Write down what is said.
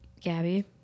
Gabby